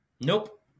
Nope